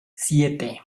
siete